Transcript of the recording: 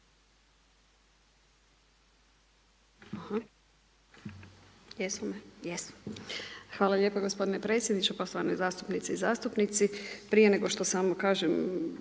Katarina** Hvala lijepa gospodine predsjedniče. Poštovane zastupnice i zastupnici. Prije nego što samo kažem